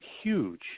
huge